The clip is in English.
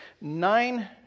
nine